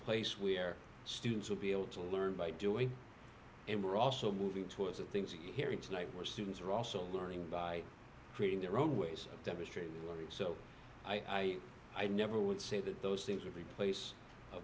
place where students will be able to learn by doing and we're also moving towards the things you hearing tonight where students are also learning by creating their own ways of demonstrating learning so i i never would say that those things are replace a